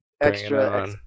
Extra